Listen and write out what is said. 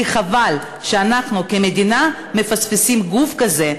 כי חבל שאנחנו כמדינה מפספסים גוף כזה,